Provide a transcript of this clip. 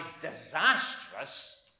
disastrous